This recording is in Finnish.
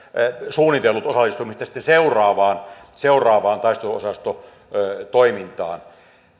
suunnitellut osallistumista seuraavaan seuraavaan taisteluosastotoimintaan